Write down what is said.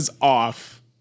off